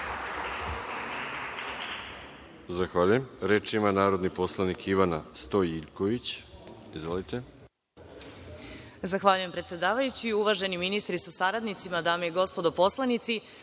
Zahvaljujem. Reč ima narodni poslanik Ivana Stojiljković. Izvolite.